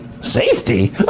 Safety